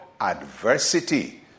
adversity